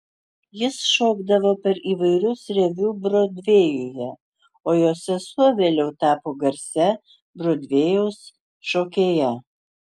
jis šokdavo per įvairius reviu brodvėjuje o jo sesuo vėliau tapo garsia brodvėjaus šokėja